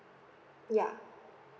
ya